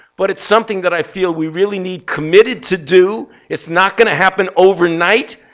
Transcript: but it's something that i feel we really need committed to do. it's not going to happen overnight.